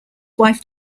wife